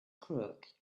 crook